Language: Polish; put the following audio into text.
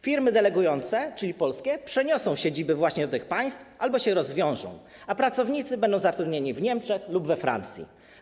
Firmy delegujące, czyli polskie, przeniosą siedziby właśnie do tych państw albo się rozwiążą, a pracownicy będą zatrudnieni w Niemczech lub we Francji.